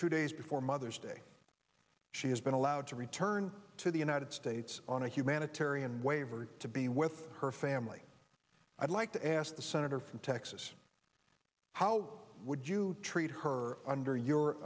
two days before mother's day she has been allowed to return to the united it's on a humanitarian waiver to be with her family i'd like to ask the senator from texas how would you treat her under your